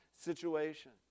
situation